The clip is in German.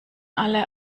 alle